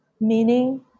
meaning